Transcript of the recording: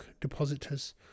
depositors